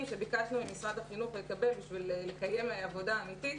שביקשנו ממשרד החינוך לקבל בשביל לקיים עבודה אמיתית.